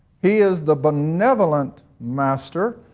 he is the benevolent master,